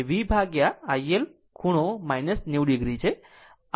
તે V ભાગ્યા iL ખૂણો 90 o છે